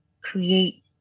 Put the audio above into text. create